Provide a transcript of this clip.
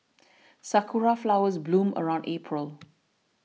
sakura flowers bloom around April